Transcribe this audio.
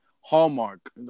Hallmark